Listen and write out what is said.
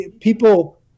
people